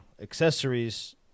accessories